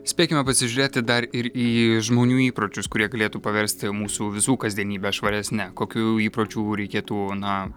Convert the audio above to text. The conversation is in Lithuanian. spėkime pasižiūrėti dar ir į žmonių įpročius kurie galėtų paversti mūsų visų kasdienybę švaresne kokių įpročių reikėtų na